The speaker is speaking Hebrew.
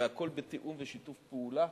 והכול בתיאום ושיתוף פעולה,